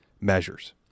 measures